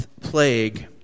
plague